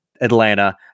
Atlanta